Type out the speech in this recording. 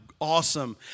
awesome